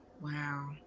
Wow